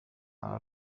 على